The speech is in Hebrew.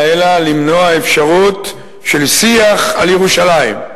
אלא למנוע אפשרות של שיח על ירושלים.